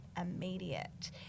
immediate